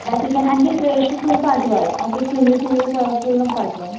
हां ठीक आहे आणखी फ्रेश फुल पाठवाल असे पिंगलेपिंगले प फुल नको पाठवाल